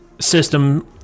system